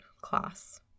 class